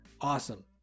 awesome